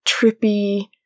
trippy